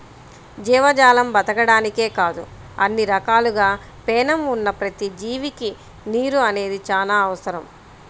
జీవజాలం బతకడానికే కాదు అన్ని రకాలుగా పేణం ఉన్న ప్రతి జీవికి నీరు అనేది చానా అవసరం